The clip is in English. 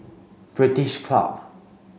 British Club